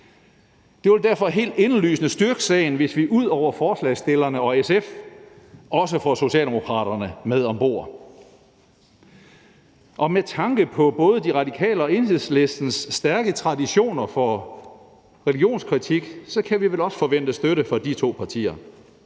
Det vil derfor helt indlysende styrke sagen, hvis vi ud over forslagsstillerne og SF også får Socialdemokraterne med ombord, og med tanke på både De Radikale og Enhedslistens stærke traditioner for religionskritik kan vi vel også forvente støtte fra de to partier.